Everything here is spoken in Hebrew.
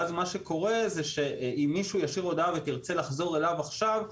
ואז מה שקורה שאם מישהו ישאיר הודעה ותרצה לחזור אליו עכשיו,